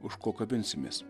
už ko kabinsimės